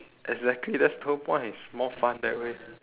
exactly that's the whole point it's more fun that way